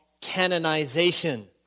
canonization